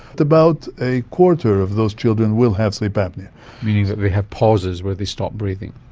about a quarter of those children will have sleep apnoea. meaning that they have pauses where they stop breathing.